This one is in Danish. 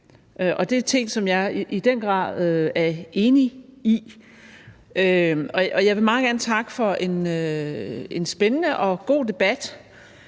Det er ting, som jeg i den grad er enig i. Jeg vil meget gerne takke for en spændende og god debat,